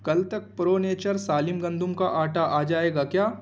کل تک pro nature سالم گندم کا آٹا آ جائے گا کیا